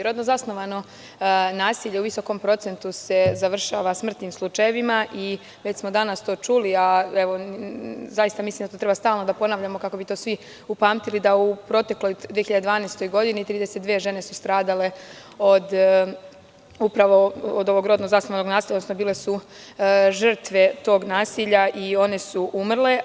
Rodno zasnovano nasilje u visokom procentu se završava smrtnim slučajevima i već smo danas to čuli, a zaista mislim da to treba stalno da ponavljamo, kako bi to svi upamtili, da u protekloj 2012. godini 32 žene su stradale upravo od ovog rodno zasnovanog nasilja, odnosno bile su žrtve tog nasilja i one su umrle.